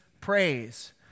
praise